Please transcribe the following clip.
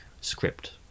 script